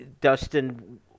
Dustin